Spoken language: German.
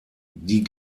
die